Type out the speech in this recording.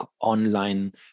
online